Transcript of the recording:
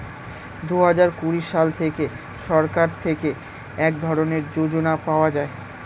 দুহাজার কুড়ি সাল থেকে সরকার থেকে এক ধরনের যোজনা পাওয়া যায়